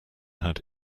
had